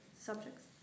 subjects